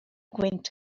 gwynt